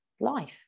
life